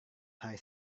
hari